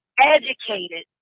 Educated